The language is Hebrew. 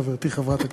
חברתי חברת הכנסת,